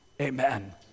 amen